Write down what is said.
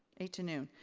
eight to noon.